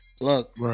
look